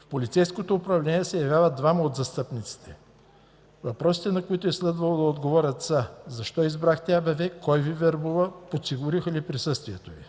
В полицейското управление се явяват двама от застъпниците. Въпросите, на които е следвало да отговорят, са: защо избрахте АБВ, кой Ви вербува, подсигуриха ли присъствието Ви?